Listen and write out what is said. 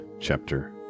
chapter